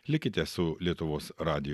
likite su lietuvos radiju